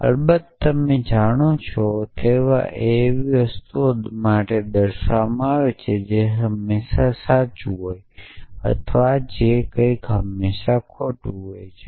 અલબત્ત તમે જાણો છો કે તેઓ એવી વસ્તુ માટે દર્શાવે છે જે હંમેશાં સાચું હોય છે અથવા જે કંઈક હંમેશા ખોટું છે